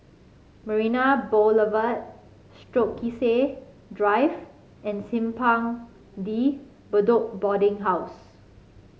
Marina Boulevard Stokesay Drive and Simpang De Bedok Boarding House